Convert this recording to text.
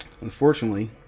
Unfortunately